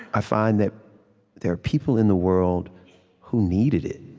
i find that there are people in the world who needed it.